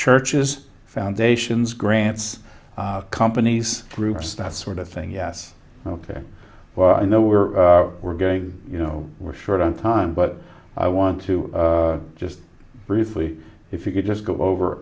churches foundations grants companies groups that sort of thing yes ok well i know we're we're going you know we're short on time but i want to just briefly if you could just go over